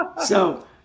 So-